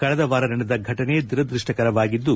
ಕಳೆದ ವಾರ ನಡೆದ ಘಟನೆ ದುರದೃಷ್ಷಕರವಾಗಿದ್ದು